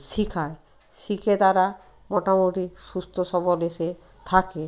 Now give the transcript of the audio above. শেখায় শিখে তারা মোটামুটি সুস্থ সবল এসে থাকে